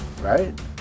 right